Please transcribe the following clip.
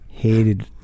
hated